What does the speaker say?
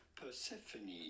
Persephone